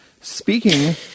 Speaking